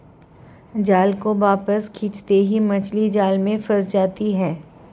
जाल को वापस खींचते ही मछली जाल में फंस जाती है